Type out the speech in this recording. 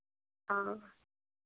हाँ